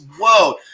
world